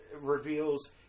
reveals